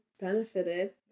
benefited